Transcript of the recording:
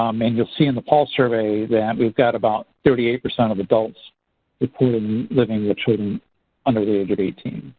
um and you'll see in the pulse survey that we've got about thirty eight percent of adults reported living with children under the age of eighteen.